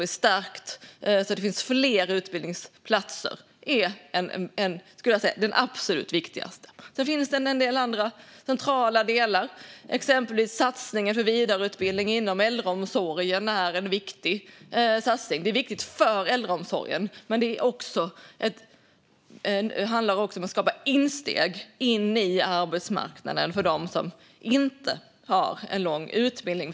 Att det finns fler utbildningsplatser skulle jag säga är det absolut viktigaste. Sedan finns det en del andra centrala delar, exempelvis satsningen på vidareutbildning inom äldreomsorgen. Det är en viktig satsning, och den är viktig för äldreomsorgen. Det handlar också om att skapa insteg in på arbetsmarknaden för dem som inte har en lång utbildning.